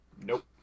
Nope